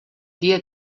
dia